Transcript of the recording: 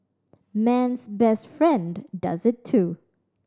man's best friend does it too